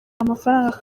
amafaranga